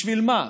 בשביל מה,